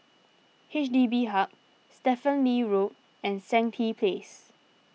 H D B Hub Stephen Lee Road and Stangee Place